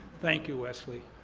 thank you, wesley,